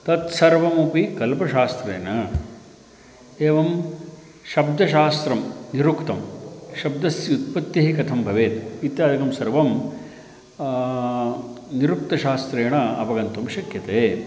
तत्सर्वमपि कल्पशास्त्रेण एवं शब्दशास्त्रं निरुक्तं शब्दस्य उत्पत्तिः कथं भवेत् इत्यादिकं सर्वं निरुक्तशास्त्रेण अवगन्तुं शक्यते